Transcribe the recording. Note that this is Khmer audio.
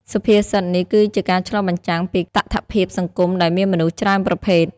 សុភាសិតនេះគឺជាការឆ្លុះបញ្ចាំងពីតថភាពសង្គមដែលមានមនុស្សច្រើនប្រភេទ។